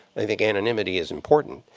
i think anonymity is important.